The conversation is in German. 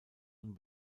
und